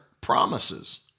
promises